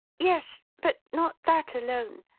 yes. but not that alone.